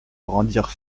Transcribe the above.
rendirent